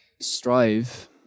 strive